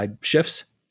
shifts